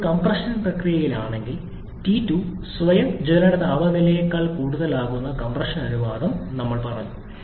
ഇപ്പോൾ കംപ്രഷൻ പ്രക്രിയയിലാണെങ്കിൽ ടി 2 സ്വയം ജ്വലന താപനിലയേക്കാൾ കൂടുതലാകുന്ന കംപ്രഷൻ അനുപാതം ഞങ്ങൾ പറഞ്ഞു